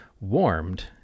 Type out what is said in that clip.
warmed